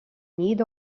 need